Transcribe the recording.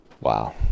Wow